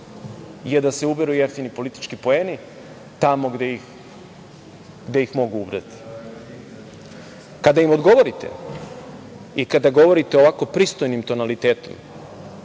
je da se uberu jeftini politički poeni tamo gde ih mogu ubrati. Kada im odgovorite i kada govorite ovako pristojnim tonalitetom